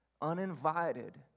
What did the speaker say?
uninvited